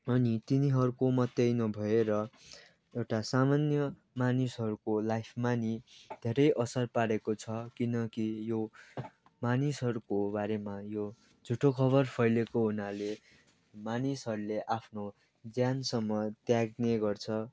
अनि तिनीहरूको मात्रै नभएर एउटा सामान्य मानिसहरूको लाइफमा नि धेरै असर पारेको छ किनकि यो मानिसहरूको बारेमा यो झुटो खबर फैलेको हुनाले मानिसहरूले आफ्नो ज्यानसम्म त्याग्ने गर्छ